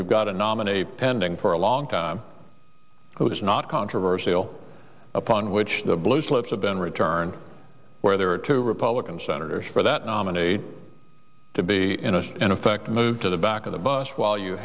you've got a nominee pending for a long time who is not controversial upon which the blue slips have been returned where there are two republican senators for that nominate to be in effect moved to the back of the bus while you